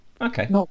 Okay